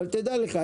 אבל תדע לך,